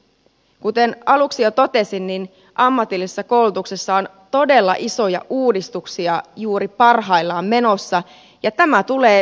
kuten aluksi jo totesin niin ammatillisessa koulutuksessa on todella isoja uudistuksia juuri parhaillaan menossa ja tämä tulee kaiken päälle